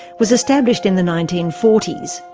was established in the nineteen forty s.